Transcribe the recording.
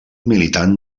militant